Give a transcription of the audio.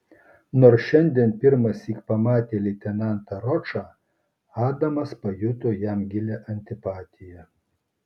nors šiandien pirmąsyk pamatė leitenantą ročą adamas pajuto jam gilią antipatiją